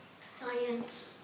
science